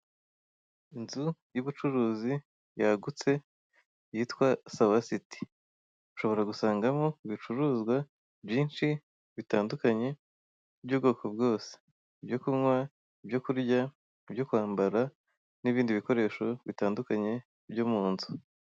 Inzu y'ubucuruzi yagutse yitwa sawa siti, ushobora gusangamo ibicuruzwa byinshi bitandukanye by'ubwoko bwose, ibyo kunywa, ibyo kurya, ibyo kwambara n'ibindi bikoresho bitandukanye byo mu nzu.